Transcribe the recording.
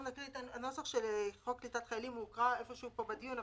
הנוסח של חוק קליטת חיילים הוקרא פה בדיון,